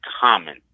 common